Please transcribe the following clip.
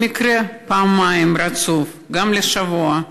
במקרה פעמיים רצוף, גם לשבוע,